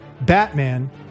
Batman